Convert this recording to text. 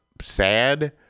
sad